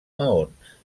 maons